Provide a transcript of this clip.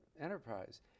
enterprise